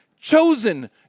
chosen